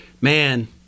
man